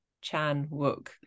Chan-wook